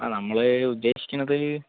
ആ നമ്മള് ഉദ്ദേശിക്കുന്നത്